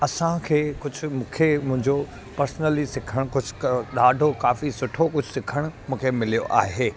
असांखे कुझु मूंखे मुंहिंजो पर्सनली सिखणु कुझु ॾाढो काफ़ी सुठो कुझु सिखणु मूंखे मिलियो आहे